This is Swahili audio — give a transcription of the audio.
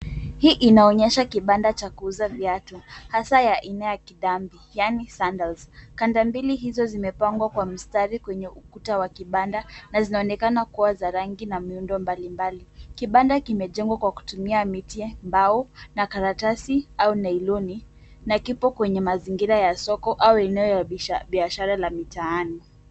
Hii inaonyesha kibanda cha kuuza viatu hasa ya aina ya kitambi yaani sandals . Kanda hizo mbili zimepangwa kwa mstari kwenye ukuta wa kibanda na zinaonekana kuwa za rangi na miundo mbalimbali. Kibanda kimejengwa kwa kutumia miti, mbao na karatasi au nailoni na kipo kwenye mazingira ya soko au eneo ya biashara la mitaani.